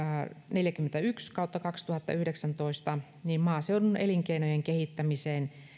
neljäkymmentäyksi kautta kaksituhattayhdeksäntoista liittyy maaseudun elinkeinojen kehittämiseen